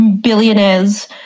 billionaires